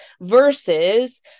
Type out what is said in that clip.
versus